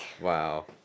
Wow